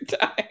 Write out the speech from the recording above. time